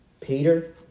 Peter